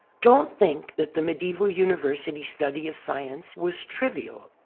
don't think that the medieval university study of science was trivial.